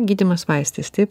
gydymas vaistais taip